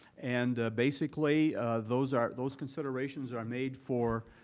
and basically those are those considerations are made for